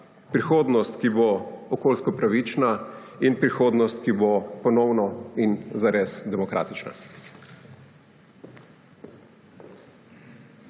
prihodnost, ki bo okoljsko pravična, in prihodnost, ki bo ponovno in zares demokratična.